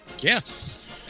Yes